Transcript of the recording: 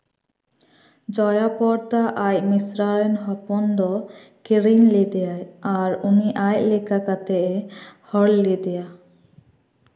ᱡᱚᱭᱟ ᱯᱚᱨᱫᱟ ᱟᱡ ᱢᱤᱥᱨᱟ ᱨᱮᱱ ᱦᱚᱯᱚᱱ ᱫᱚ ᱠᱤᱨᱤᱧ ᱞᱮᱫᱮᱭᱟᱭ ᱟᱨ ᱩᱱᱤ ᱟᱡ ᱞᱮᱠᱟ ᱠᱟᱛᱮᱭ ᱦᱚᱲ ᱞᱮᱫᱮᱭᱟ